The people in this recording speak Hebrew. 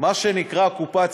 מה שנקרא הקופה הציבורית.